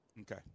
Okay